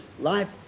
life